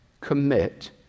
commit